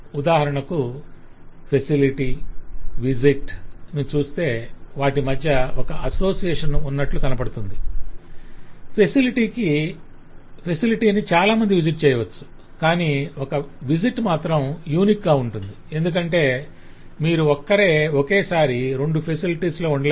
ఉదాహరణకు facility visit visit సందర్శన ని చూస్తే వాటి మధ్య ఒక అసోసియేషన్ ఉన్నట్లు కనపడుతుంది ఫేసీలిటీకి చాలామంది విసిట్ చేయవచ్చు కానీ ఒక విసిట్ మాత్రం యూనిక్ గా ఉంటుంది ఎందుకంటే మీరు ఒక్కరే ఒకేసారి రెండు ఫెసిలిటీలలో ఉండలేరు